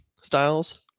styles